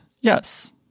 yes